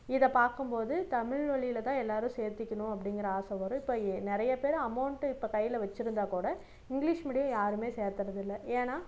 இதை பார்க்கும்போது தமிழ் வழில தான் எல்லோருமே சேர்த்திக்கணும் அப்பிடிங்கிற ஆசை வரும் இப்போ நிறைய பேர் அமோண்டு இப்போ கையில் வச்சுருந்தா கூட இங்கிலீஷ் மீடியம் யாரும் சேர்த்தறதில்ல ஏன்னால்